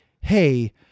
Hey